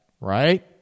right